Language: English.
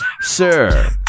Sir